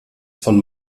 von